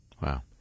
Wow